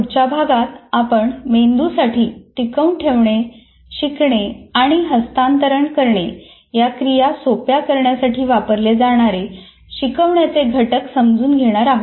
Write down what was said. पुढच्या भागात आपण मेंदूसाठी टिकवून ठेवणे शिकणे आणि हस्तांतरण करणे या क्रिया सोप्या करण्यासाठी वापरले जाणारे शिकवण्याचे घटक समजून घेणार आहोत